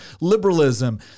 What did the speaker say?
liberalism